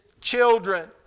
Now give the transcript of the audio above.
children